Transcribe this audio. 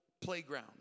playground